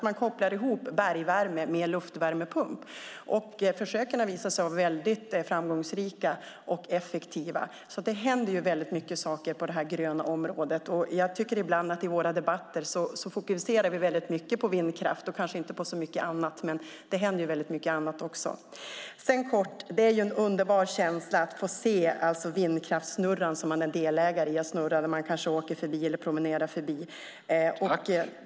Man kopplar ihop bergvärme och luftvärmepump. Försöken har visat sig framgångsrika och effektiva. Det händer alltså mycket på det gröna området. Jag tycker att vi ibland fokuserar väl mycket på vindkraften i våra debatter, men det händer mycket annat också. Det är en underbar känsla att se vindkraftssnurran som man är delägare i när man åker eller promenerar förbi den.